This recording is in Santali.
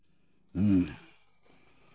ᱦᱮᱸ